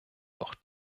doch